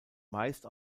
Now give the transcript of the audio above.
meist